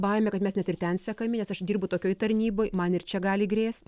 baimė kad mes net ir ten sekami nes aš dirbu tokioj tarnyboj man ir čia gali grės